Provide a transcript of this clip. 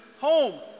home